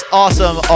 awesome